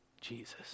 Jesus